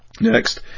Next